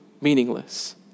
meaningless